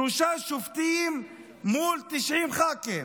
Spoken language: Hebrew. שלושה שופטים מול 90 ח"כים.